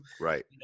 right